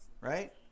Right